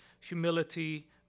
humility